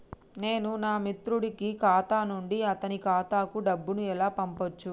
నేను నా మిత్రుడి కి నా ఖాతా నుండి అతని ఖాతా కు డబ్బు ను ఎలా పంపచ్చు?